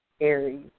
Aries